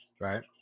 right